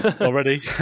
Already